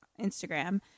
Instagram